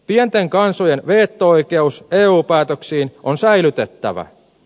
pienten kansojen veto oikeus eu päätöksiin on säilytettävä